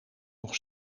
nog